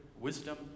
Wisdom